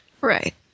Right